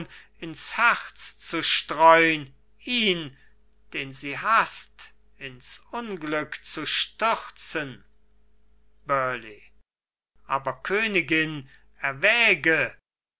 ins herz zu streun ihn den sie haßt ins unglück zu stürzen burleigh aber königin erwäge